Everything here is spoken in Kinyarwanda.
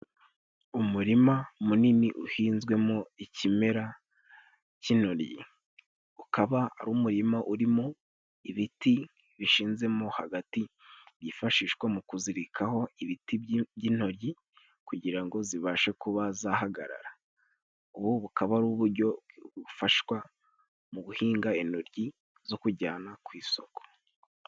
Umurima munini uhinzwemo ikimera k'intoryi，ukaba ari umurima urimo ibiti bishinzemo hagati， byifashishwa mu kuzirikaho ibiti by'intoryi， kugira ngo zibashe kuba zahagarara. Ubu bukaba ari uburyo bufashwa mu guhinga intoryi zo kujyana ku isoko.